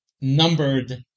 numbered